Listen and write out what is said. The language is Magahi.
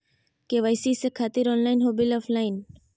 के.वाई.सी से खातिर ऑनलाइन हो बिल ऑफलाइन?